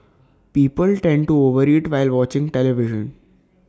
people tend to over eat while watching television